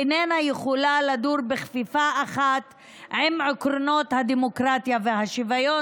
איננה יכולה לדור בכפיפה אחת עם עקרונות הדמוקרטיה והשוויון.